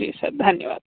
जी sir धन्यवाद